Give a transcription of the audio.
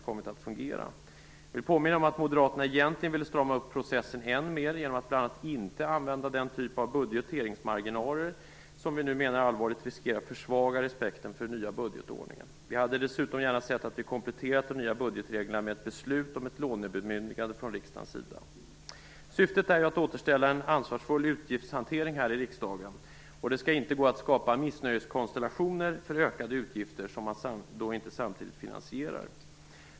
Jag vill påminna om att moderaterna egentligen ville strama upp processen än mer genom att bl.a. inte använda den typ av budgeteringsmarginaler som vi nu menar riskerar att allvarligt försvaga respekten för den nya budgetordningen. Vi hade dessutom gärna sett att man kompletterat de nya budgetreglerna med ett beslut om ett lånebemyndigande från riksdagens sida. Syftet är att återställa en ansvarsfull utgiftshantering här i riksdagen. Det skall inte gå att skapa missnöjeskonstellationer för ökade utgifter som man inte samtidigt finansierar.